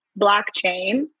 blockchain